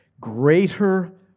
greater